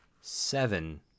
seven